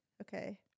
Okay